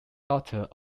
daughter